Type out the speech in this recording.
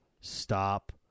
stop